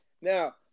Now